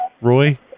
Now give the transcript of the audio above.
Roy